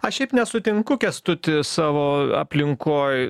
aš šiaip nesutinku kęstuti savo aplinkoj